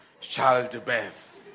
childbirth